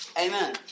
Amen